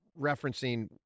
referencing